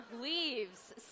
leaves